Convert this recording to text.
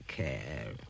care